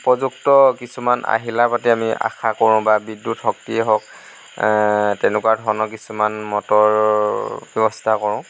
উপযুক্ত কিছুমান আহিলা পাতি আমি আশা কৰোঁ বা বিদ্যুত শক্তিয়েই হওঁক তেনেকুৱা ধৰণৰ কিছুমান মটৰ ব্যৱস্থা কৰোঁ